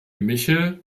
michel